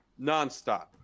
nonstop